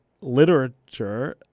literature